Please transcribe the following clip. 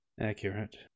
Accurate